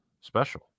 special